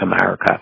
America